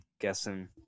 guessing